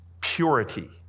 purity